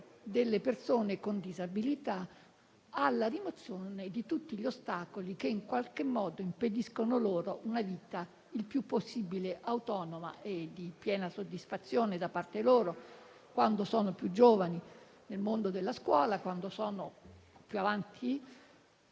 delle persone con disabilità alla rimozione di tutti gli ostacoli che in qualche modo impediscono loro una vita il più possibile autonoma e di piena soddisfazione, quando sono più giovani, nel mondo della scuola, quando sono più avanti